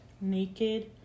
naked